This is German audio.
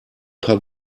paar